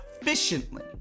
efficiently